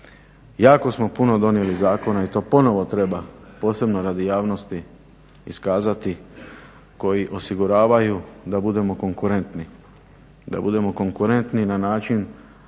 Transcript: Jako smo puno donijeli zakona i to ponovo treba posebno radi javnosti iskazati koji osiguravaju da budemo konkurentni, da budemo konkurentni na način